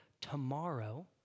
tomorrow